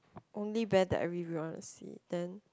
only band that I really really want to see then